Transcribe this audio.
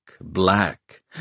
black